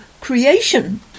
creation